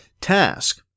task